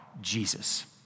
Jesus